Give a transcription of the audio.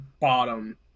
bottom